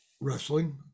wrestling